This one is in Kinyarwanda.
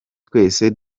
twese